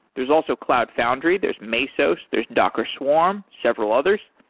there's also cloud foundry, there's mesos, there's docker swarm, several others.